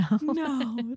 no